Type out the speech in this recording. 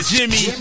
Jimmy